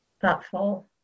thoughtful